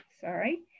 Sorry